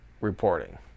reporting